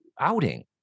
outing